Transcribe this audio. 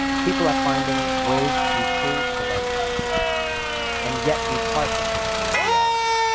people are finding ways to be true to the writing vocation and yet, be part of this new reality.